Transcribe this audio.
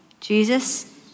Jesus